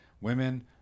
women